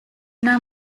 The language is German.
nahm